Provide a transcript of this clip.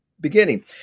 beginning